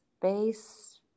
space